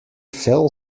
phil